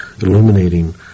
illuminating